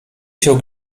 się